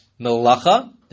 melacha